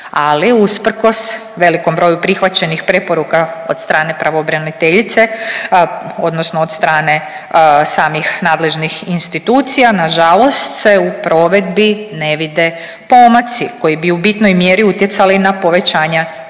ali usprkos velikom broju prihvaćenih preporuka od strane pravobraniteljice odnosno od strane samih nadležnih institucija nažalost se u provedbi ne vide pomaci koji bi u bitnoj mjeri utjecali na povećanja prava